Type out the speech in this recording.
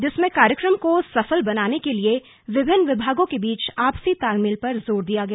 जिसमें कार्यक्रम को सफल बनाने के लिए विभिन्न विभागों के बीच आपसी तालमेल पर ज़ोर दिया गया